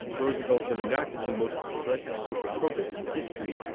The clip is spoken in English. roosevelt then enacted the most progressive social programs in history,